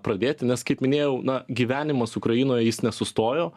pradėti nes kaip minėjau na gyvenimas ukrainoj jis nesustojo